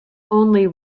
only